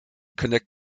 connect